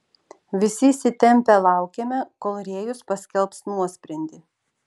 visi įsitempę laukėme kol rėjus paskelbs nuosprendį